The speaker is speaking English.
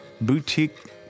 boutique